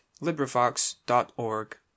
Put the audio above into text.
LibriVox.org